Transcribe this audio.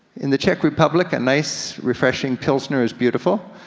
in the czech republic a nice, refreshing pilsner is beautiful.